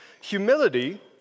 Humility